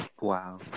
Wow